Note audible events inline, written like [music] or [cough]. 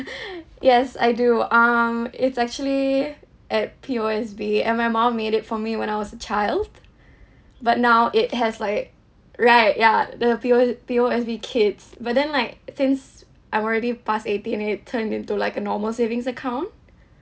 [breath] yes I do um it's actually at P_O_S_B and my mom made it for me when I was a child [breath] but now it has like right ya the P_O_S P_O_S_B kids but then like since I'm already past eighteen then it turned into like a normal savings account [breath]